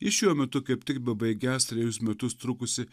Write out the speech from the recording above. jis šiuo metu kaip tik bebaigiąs trejus metus trukusį